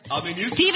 Steven